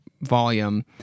volume